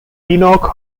enoch